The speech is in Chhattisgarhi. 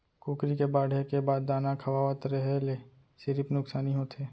कुकरी के बाड़हे के बाद दाना खवावत रेहे ल सिरिफ नुकसानी होथे